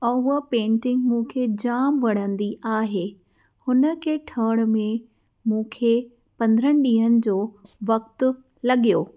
ऐं उहा पेंटिंग मूंखे जाम वणंदी आहे हुन खे ठहण में मूंखे पंद्रहनि ॾींहन जो वक़्तु लॻियो